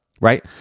right